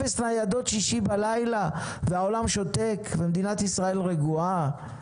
אפס ניידות שישי בלילה והעולם שותק ומדינת ישראל רגועה?